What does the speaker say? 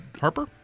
Harper